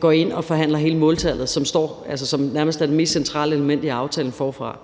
går ind og forhandler hele måltallet, som nærmest er det mest centrale element i aftalen, forfra.